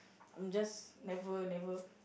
I'm just never never